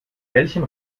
welchem